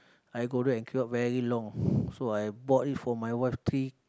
I got there and queue up very long so I bought it for my wife three